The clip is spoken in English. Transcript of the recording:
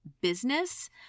business